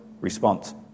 response